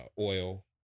oil